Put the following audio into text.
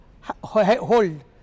hold